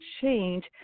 Change